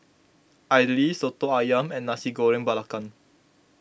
Idly Soto Ayam and Nasi Goreng Belacan